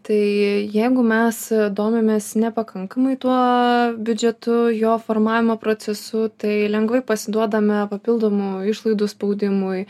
tai jeigu mes domimės nepakankamai tuo biudžetu jo formavimo procesu tai lengvai pasiduodame papildomų išlaidų spaudimui